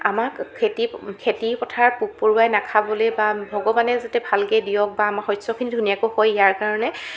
আমাক খেতি খেতি পথাৰত পোক পৰুৱাই নাখাবলৈ বা ভগৱানে যাতে ভালকৈ দিয়ক বা আমাৰ শস্যখিনি যাতে ধুনীয়াকৈ হয় ইয়াৰ কাৰণে